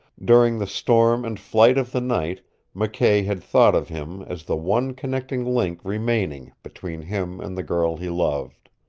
during the storm and flight of the night mckay had thought of him as the one connecting link remaining between him and the girl he loved.